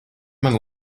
mana